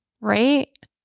Right